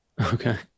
okay